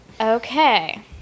okay